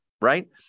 right